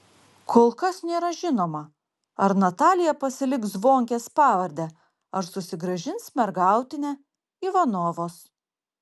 kol kas nėra žinoma ar natalija pasiliks zvonkės pavardę ar susigrąžins mergautinę ivanovos